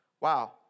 Wow